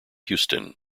houston